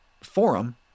forum